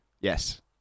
Yes